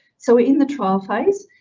so in the trial phase,